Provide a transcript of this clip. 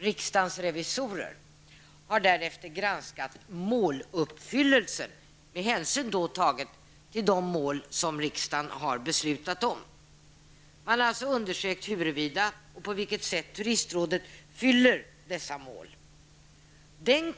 Riksdagens revisorer har därefter granskat måluppfyllelsen, med hänsyn tagen till de mål som riksdagen har fattat beslut om. Man har alltså undersökt huruvida och på vilket sätt turistrådet uppfyller dessa mål.